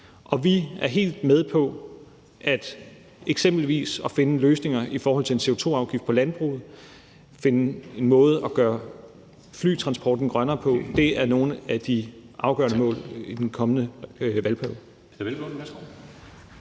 vi er helt med på eksempelvis at finde løsninger i forhold til en CO2-afgift på landbruget og at finde en måde at gøre flytransporten grønnere på. Det er nogle af de afgørende mål i den kommende valgperiode.